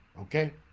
okay